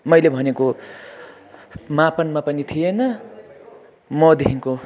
मैले भनेको मापनमा पनि थिएन मदेखिन्को